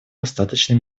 остаточный